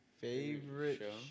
favorite